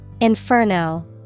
Inferno